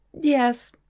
yes